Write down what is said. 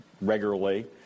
regularly